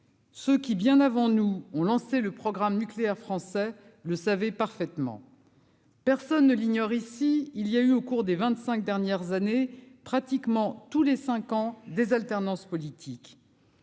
ce qui, bien avant nous, ont lancé le programme nucléaire français, le savait parfaitement. Personne ne l'ignore, ici il y a eu au cours des 25 dernières années pratiquement tous les 5 ans des alternances politiques.